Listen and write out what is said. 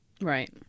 Right